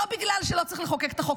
לא בגלל שלא צריך לחוקק את החוק,